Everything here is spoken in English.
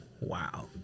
Wow